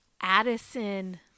Addison